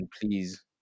please